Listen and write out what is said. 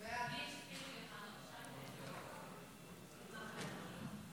ההצעה להעביר את הנושא לוועדת הכלכלה נתקבלה.